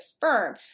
firm